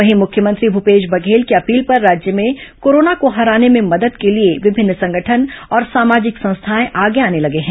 वहीं मुख्यमंत्री भूपेश बघेल की अपील पर राज्य में कोरोना को हराने में मदद के लिए विभिन्न संगठन और सामाजिक संस्थाएं आगे आने लगे हैं